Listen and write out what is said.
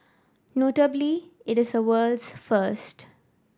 notably it is a world's first